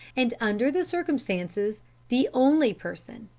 and under the circumstances the only person.